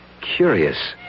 curious